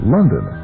London